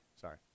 sorry